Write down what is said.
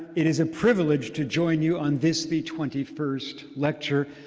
it is a privilege to join you on this the twenty first lecture.